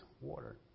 water